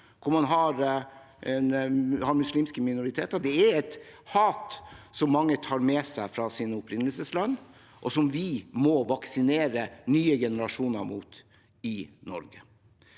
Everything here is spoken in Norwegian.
hvor man har muslimske minoriteter: Det er et hat som mange tar med seg fra sine opprinnelsesland, og som vi må vaksinere nye generasjoner mot i Norge.